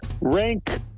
rank